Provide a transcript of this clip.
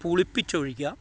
പുളിപ്പിച്ചൊഴിക്കാം